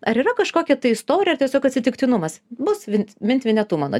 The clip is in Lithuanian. ar yra kažkokia tai istorija ar tiesiog atsitiktinumas bus vin mint vinetu mano